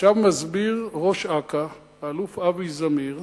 עכשיו מסביר ראש אכ"א, האלוף אבי זמיר,